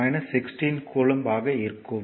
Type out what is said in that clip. இங்கே ஸ்கேனிங்கிற்காக சிறிது குறைக்கப்பட்டுள்ளது